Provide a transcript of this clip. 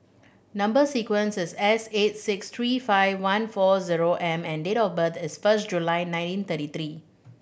number sequence is S eight six three five one four zero M and date of birth is first July nineteen thirty three